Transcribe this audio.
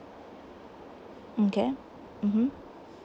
mm okay mm hmm